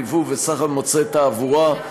יבוא וסחר במוצרי תעבורה,